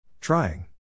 Trying